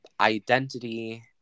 identity